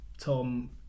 Tom